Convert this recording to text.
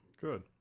Good